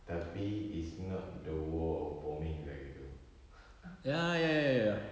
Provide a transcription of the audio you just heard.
tapi it's not the war of bombing lah gitu